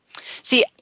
See